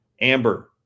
Amber